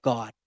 God